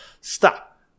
Stop